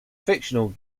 fictional